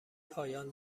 پایان